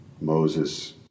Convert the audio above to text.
Moses